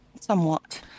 Somewhat